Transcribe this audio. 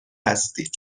هستید